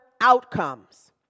outcomes